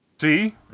See